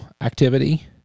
activity